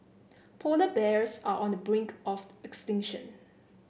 polar bears are on the brink of extinction